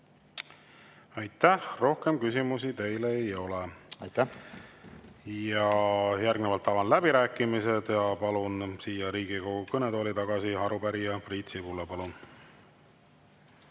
Aitäh! Rohkem küsimusi teile ei ole. Järgnevalt avan läbirääkimised. Palun siia Riigikogu kõnetooli tagasi arupärija Priit Sibula. Palun!